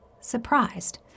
surprised